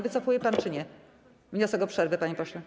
Wycofuje pan czy nie wniosek o przerwę, panie pośle?